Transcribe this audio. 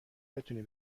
بتونی